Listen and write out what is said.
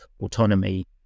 autonomy